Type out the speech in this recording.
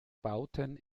bauten